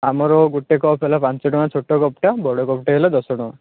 ଆମର ଗୋଟେ କପ୍ ହେଲା ପାଞ୍ଚ ଟଙ୍କା ଛୋଟ କପ୍ଟା ବଡ଼ କପ୍ଟା ହେଲା ଦଶ ଟଙ୍କା